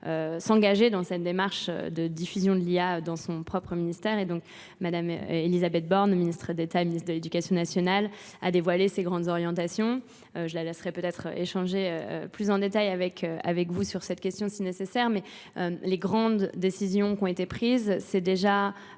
s'engager dans cette démarche de diffusion de l'IA dans son propre ministère. Madame Elisabeth Borne, ministre d'État et ministre de l'Éducation nationale, a dévoilé ses grandes orientations. Je la laisserai peut-être échanger plus en détail avec vous sur cette question si nécessaire, mais les grandes décisions qui ont été prises, c'est déjà